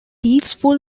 peaceful